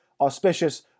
auspicious